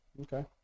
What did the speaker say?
Okay